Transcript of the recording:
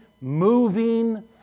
moving